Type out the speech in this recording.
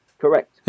correct